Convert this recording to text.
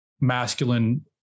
masculine